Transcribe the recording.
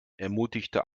ermutigte